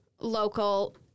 local